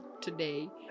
today